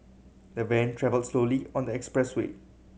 the van travelled slowly on the expressway